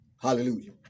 hallelujah